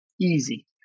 easy